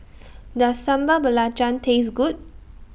Does Sambal Belacan Taste Good